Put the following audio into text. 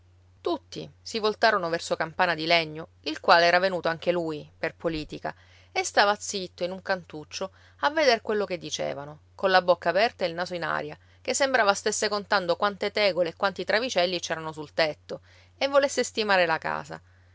tutti si voltarono verso campana di legno il quale era venuto anche lui per politica e stava zitto in un cantuccio a veder quello che dicevano colla bocca aperta e il naso in aria che sembrava stesse contando quante tegole e quanti travicelli c'erano sul tetto e volesse stimare la casa